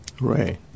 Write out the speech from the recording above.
Right